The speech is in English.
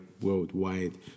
worldwide